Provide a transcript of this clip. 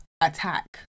attack